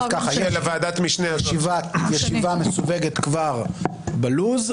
יש ישיבה מסווגת כבר בלו"ז,